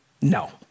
no